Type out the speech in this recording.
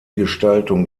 gestaltung